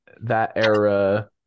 that-era